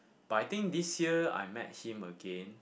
but I think this year I met him again